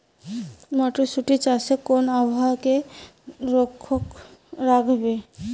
মটরশুটি চাষে কোন আবহাওয়াকে লক্ষ্য রাখবো?